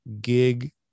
gig